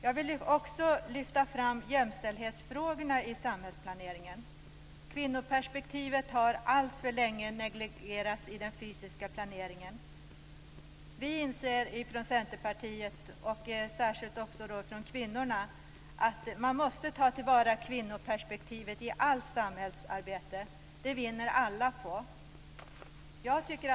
Jag vill också lyfta fram jämställdhetsfrågorna i samhällsplaneringen. Kvinnoperspektivet har alltför länge negligerats i den fysiska planeringen. I Centerpartiet, och särskilt bland kvinnorna, inser vi att man måste ta till vara kvinnoperspektivet i allt samhällsarbete. Det vinner alla på.